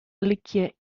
lykje